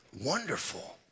wonderful